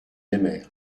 aimèrent